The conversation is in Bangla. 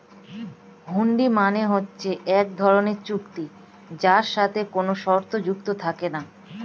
হুন্ডি মানে হচ্ছে এক ধরনের চুক্তি যার সাথে কোনো শর্ত যুক্ত থাকে না